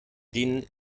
denen